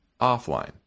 offline